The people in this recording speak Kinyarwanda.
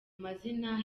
mazina